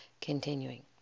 Continuing